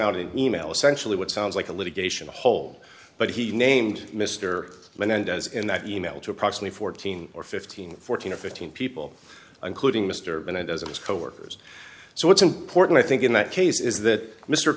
out an e mail essentially what sounds like a litigation hole but he named mr menendez in that e mail to approximately fourteen or fifteen fourteen or fifteen people including mr bennett as of his coworkers so what's important i think in that case is that mr